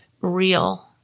real